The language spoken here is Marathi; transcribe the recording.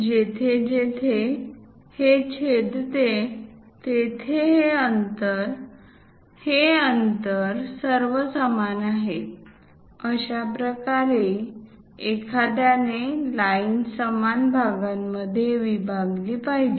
जेथे जेथे हे छेदते तेथे हे अंतर हे अंतर सर्व समान आहेत अशा प्रकारे एखाद्याने लाईन समान भागामध्ये विभागली पाहिजे